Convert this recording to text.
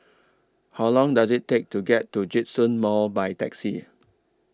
How Long Does IT Take to get to Djitsun Mall By Taxi